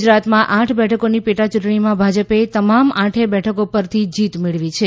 ગુજરાતમાં આઠ બેઠકોની પેટાચૂંટણીમાં ભાજપે તમામ આઠેય બેઠકો પરથી જીત મેળવી છે